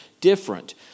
different